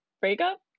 breakup